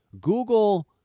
Google